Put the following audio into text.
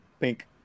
pink